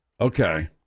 Okay